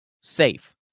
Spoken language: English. safe